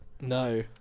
No